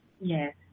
Yes